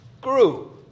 grew